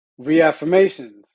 reaffirmations